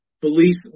Police